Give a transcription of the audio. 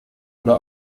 oder